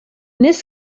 this